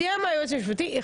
סיים היועץ המשפטי את דבריו,